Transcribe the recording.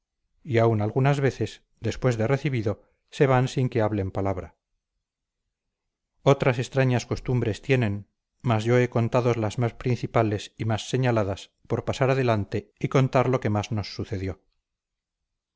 y aun algunas veces después de recibido se van sin que hablen palabra otras extrañas costumbres tienen mas yo he contado las más principales y más señaladas por pasar adelante y contar lo que más nos sucedió